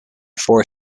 four